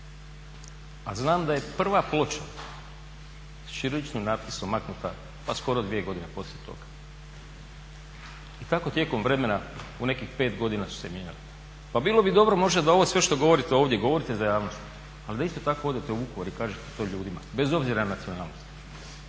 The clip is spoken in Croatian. A znam da je prva ploča s ćiriličnim natpisom maknuta pa skoro 2 godine poslije toga. I tako tijekom vremena u nekih 5 godina su se mijenjale. Pa bilo bi dobro možda da ovo sve što govorite ovdje govorite za javnost, ali da isto tako odete u Vukovar i kažete to ljudima, bez obzira na nacionalnost.